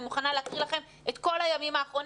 אני מוכנה להקריא לכם את כל הימים האחרונים,